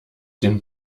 den